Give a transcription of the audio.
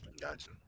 Gotcha